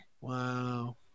Wow